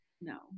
no